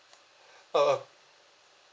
uh uh